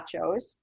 nachos